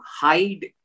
hide